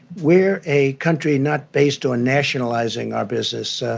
we're a country not based on nationalizing our business. ah